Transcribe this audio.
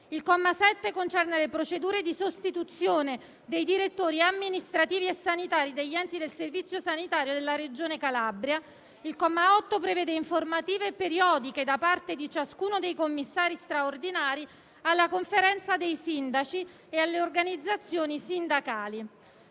Il comma 7 concerne le procedure di sostituzione dei direttori amministrativi e sanitari degli enti del Servizio sanitario della regione Calabria. Il comma 8 prevede informative periodiche da parte di ciascuno dei commissari straordinari alla Conferenza dei sindaci e alle organizzazioni sindacali.